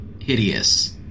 hideous